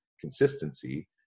consistency